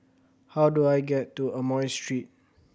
how do I get to Amoy Street